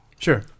Sure